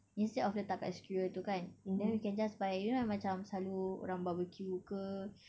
instead of letak kat skewer tu kan then we can just buy you know yang macam selalu orang barbecue ke